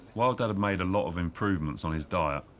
while dad had made a lot of improvements on his diet,